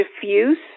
diffuse